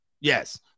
yes